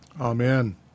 Amen